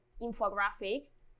infographics